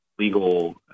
legal